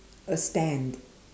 a stand